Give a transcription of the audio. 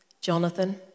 Jonathan